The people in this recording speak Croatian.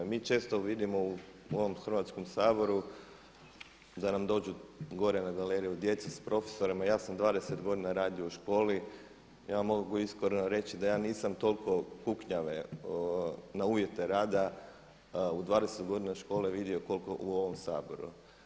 Mi često vidimo u ovom Hrvatskom saboru da nam dođu gore na galeriju djeca s profesorima, ja sam 20 godina radio u školi, ja vam mogu iskreno reći da ja nisam toliko kuknjave na uvjete rada u 20 godina škole vidio koliko u ovom Saboru.